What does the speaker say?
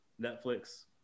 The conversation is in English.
Netflix